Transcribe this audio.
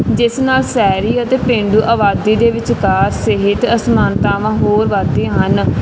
ਜਿਸ ਨਾਲ ਸ਼ਹਿਰੀ ਅਤੇ ਪੇਂਡੂ ਆਬਾਦੀ ਦੇ ਵਿਚਕਾਰ ਸਿਹਤ ਅਸਮਾਨਤਾਵਾਂ ਹੋਰ ਵੱਧਦੀਆਂ ਹਨ